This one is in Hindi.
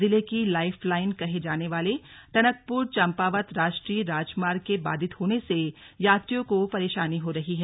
जिले की लाइफ लाइन कहे जाने वाले टनकपुर चम्पावत राष्ट्रीय राजमार्ग के बाधित होने से यात्रियों को परेशानी हो रही है